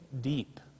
deep